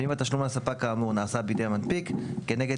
ואם התשלום לספק כאמור נעשה בידי המנפיק - כנגד